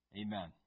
Amen